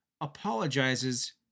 apologizes